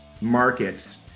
markets